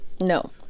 No